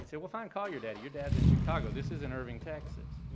and said, well, fine, call your daddy, your dad's in chicago. this is in irving, texas.